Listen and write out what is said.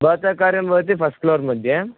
भवतः कार्यं भवति फ़स्ट् फ़्लोर्मध्ये